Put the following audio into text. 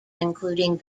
including